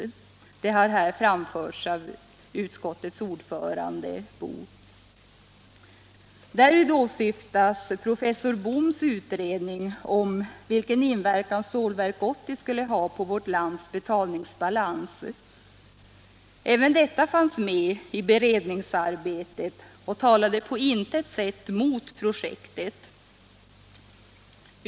Det har här framförts av utskottets ordförande herr Boo. Därvid åsyftas professor Bohms utredning om ”vilken inverkan Stålverk 80 skulle ha på vårt lands betalningsbalans”. Även detta fanns med i beredningsarbetet och talade på intet sätt mot projektet.